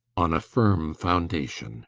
on a firm foundation.